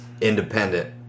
independent